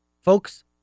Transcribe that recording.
Folks